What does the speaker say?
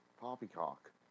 poppycock